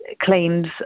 claims